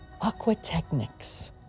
aquatechnics